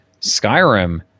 Skyrim